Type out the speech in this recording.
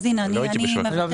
אז הנה, אני מוותרת.